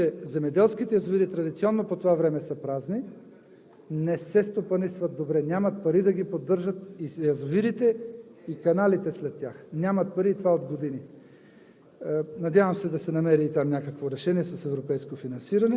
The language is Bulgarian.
Полагаме усилия във всяка една посока. Проблемът е, че земеделските язовири традиционно по това време са празни, не се стопанисват добре, нямат пари да ги поддържат – и язовирите, и каналите след тях. Нямат пари и това е от години.